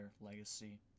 legacy